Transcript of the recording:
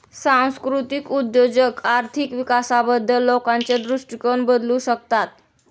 सांस्कृतिक उद्योजक आर्थिक विकासाबद्दल लोकांचे दृष्टिकोन बदलू शकतात